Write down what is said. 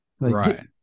Right